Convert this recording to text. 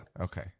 Okay